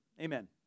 Amen